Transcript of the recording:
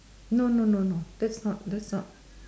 no no no no that's not that's not